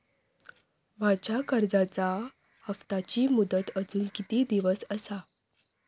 माझ्या कर्जाचा हप्ताची मुदत अजून किती दिवस असा?